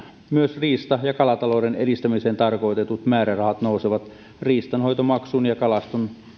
myös riista ja kalatalouden edistämiseen tarkoitetut määrärahat nousevat riistanhoitomaksuun ja